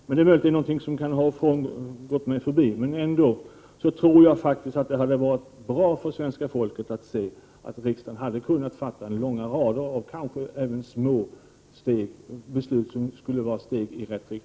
— Detta är möjligtvis någonting som kan ha förbigått mig, men ändå tror jag att det hade varit bra för svenska folket att se att riksdagen hade kunnat fatta långa rader av kanske även små beslut, som kunde vara steg i rätt riktning.